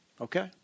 okay